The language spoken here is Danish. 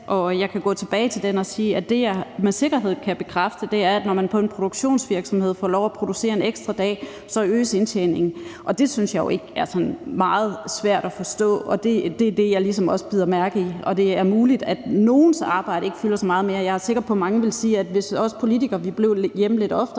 Og jeg kan gå tilbage til det og sige, at det, jeg med sikkerhed kan bekræfte, er, at når man på en produktionsvirksomhed får lov til at producere en ekstra dag, øges indtjeningen, og det synes jeg jo ikke er sådan meget svært at forstå. Det er det, jeg ligesom bider mærke i. Og det er muligt, at nogles arbejde ikke fylder så meget, men jeg er sikker på, at mange ville sige, at hvis vi politikere blev hjemme lidt oftere,